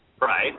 Right